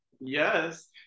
Yes